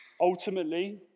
Ultimately